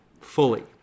fully